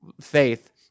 faith